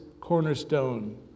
cornerstone